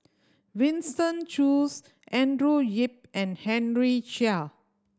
Winston Choos Andrew Yip and Henry Chia